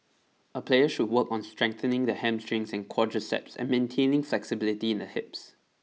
a player should work on strengthening the hamstring and quadriceps and maintaining flexibility in the hips